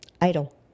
Idle